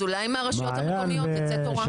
אז אולי מהרשויות המקומיות תצא תורה.